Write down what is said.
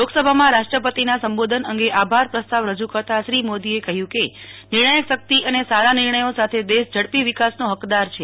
લોકસભામાં રાષ્ટ્રપતિના સંબોધન અંગ આભાર પ્રસ્તાવ રજૂ કરતા શ્રી મોદોએ કહયું ક નિણા યક શકિત અને સારા નિર્ણયો સાથે દેશ ઝડપી વિકાસનો હકદાર છે